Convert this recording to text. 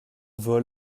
vol